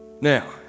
Now